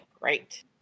Great